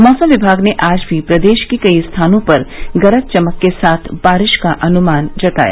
मौसम विभाग ने आज भी प्रदेश के कई स्थानों पर गरज चमक के साथ बारिश का अनुमान जताया